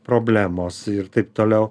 problemos ir taip toliau